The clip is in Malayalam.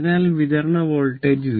അതിനാൽ വിതരണ വോൾട്ടേജ് V